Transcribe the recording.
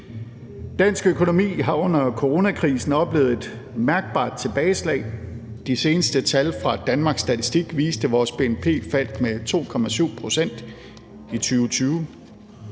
Dansk økonomi har under coronakrisen oplevet et mærkbart tilbageslag. De seneste tal fra Danmarks Statistik viste, at vores bnp faldt med 2,7 pct. i 2020.